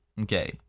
Okay